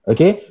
Okay